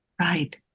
Right